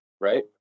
right